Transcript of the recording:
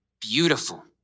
beautiful